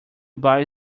buy